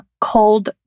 cold